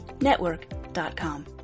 NETWORK.com